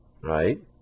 right